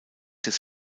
des